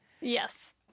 Yes